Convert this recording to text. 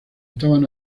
estaban